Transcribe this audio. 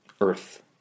earth